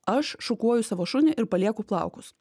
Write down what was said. aš šukuoju savo šunį ir palieku plaukus